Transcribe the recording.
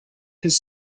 his